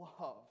love